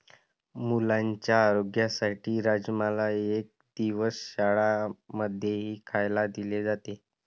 मुलांच्या आरोग्यासाठी राजमाला एक दिवस शाळां मध्येही खायला दिले जाते